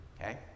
okay